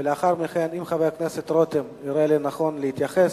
ולאחר מכן אם חבר הכנסת רותם יראה לנכון להתייחס,